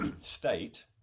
state